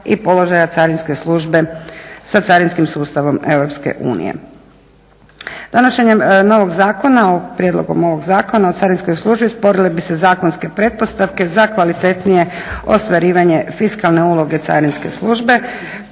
i položaja carinske službe sa carinskim sustavom EU. Donošenjem novog zakona, prijedlogom ovog zakona o carinskoj službi sporile bi se zakonske pretpostavke za kvalitetnije ostvarivanje fiskalne uloge carinske službe